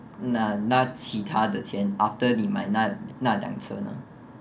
拿那其它的钱 after 你买那辆车呢